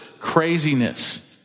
craziness